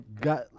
got